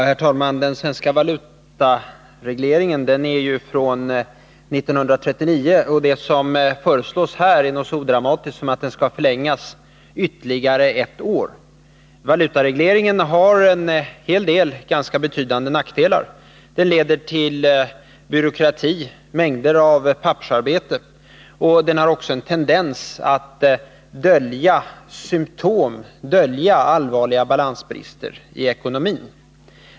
Herr talman! Den svenska valutaregleringen är från 1939, och det som nu föreslås i propositionen är något så odramatiskt som att den skall förlängas ytterligare ett år. Valutaregleringen har en hel del ganska betydande nackdelar. Den leder till byråkrati och mängder av pappersarbete. Den har också en tendens att dölja symtom, att dölja allvarliga balansbrister i ekonomin.